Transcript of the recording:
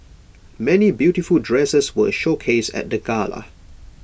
many beautiful dresses were showcased at the gala